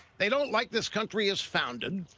they don't like this country as founded.